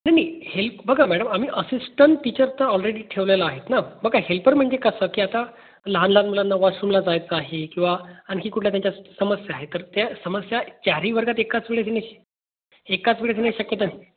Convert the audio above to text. नाही हेल्प बघा मॅडम आम्ही असिस्टंट टीचर तर ऑलरेडी ठेवलेलं आहेत ना बघा हेल्पर म्हणजे कसं की आता लहान लहान मुलांना वॉशरूमला जायचं आहे किंवा आणखी कुठला त्यांच्या समस्या आहे तर त्या समस्या चारही वर्गात एकाच वेळेस येण्याची श एकाच वेळेस येण्याची शक्यताच नाही